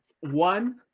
one